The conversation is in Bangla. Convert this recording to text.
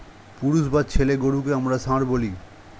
পুরুষ বা ছেলে গরুকে আমরা ষাঁড় বলি